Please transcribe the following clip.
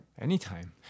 Anytime